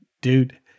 dude